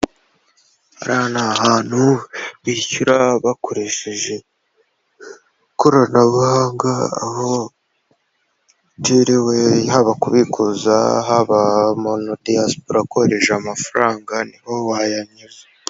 Aha ngaha ni ahantu bishyura bakoresheje ikoranabuhanga, haba kubikuza, haba umudiyasipora akohereje amafaranga ni ho wayanyuza.